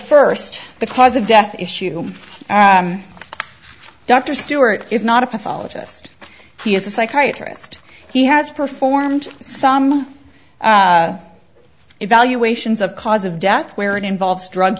first the cause of death issue dr stuart is not a pathologist he is a psychiatrist he has performed some evaluations of cause of death where it involves drug